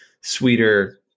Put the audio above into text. sweeter